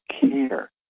care